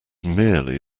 merely